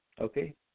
okay